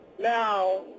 Now